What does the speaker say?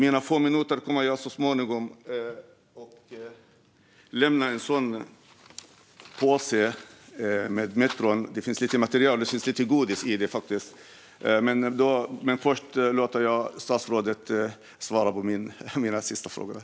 Jag kommer så småningom att lämna över en sådan här påse om metron - det finns lite material och faktiskt även lite godis i den - men först låter jag statsrådet svara på mina sista frågor.